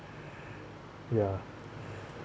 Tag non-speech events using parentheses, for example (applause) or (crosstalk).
(breath) ya (breath)